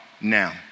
now